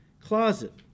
closet